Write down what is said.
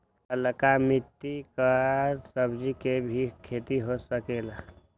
का लालका मिट्टी कर सब्जी के भी खेती हो सकेला?